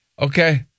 okay